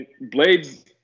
Blades –